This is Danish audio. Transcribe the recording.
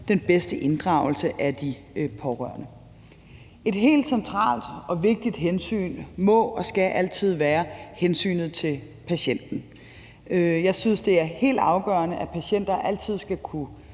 den bedste inddragelse af de pårørende. Et helt centralt og vigtigt hensyn må og skal altid være hensynet til patienten. Jeg synes, at det er helt afgørende, at patienter altid skal kunne